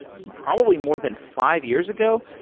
probably more than five years ago.